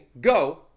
go